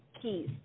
keys